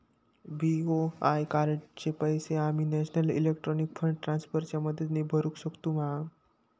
BOI कार्डाचे पैसे आम्ही नेशनल इलेक्ट्रॉनिक फंड ट्रान्स्फर च्या मदतीने भरुक शकतू मा?